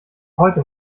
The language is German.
heute